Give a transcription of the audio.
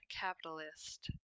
capitalist